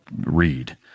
read